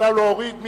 נא להוריד.